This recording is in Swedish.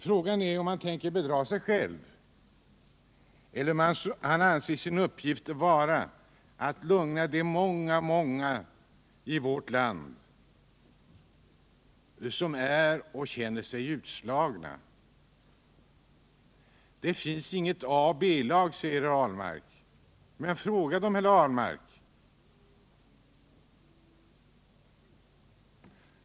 Frågan är om ni tänker bedra er själv eller om ni anser det vara er uppgift att lugna de många människor i vårt land som är eller känner sig utslagna. Det finns inget A och B-lag, säger herr Ahlmark, men fråga människorna!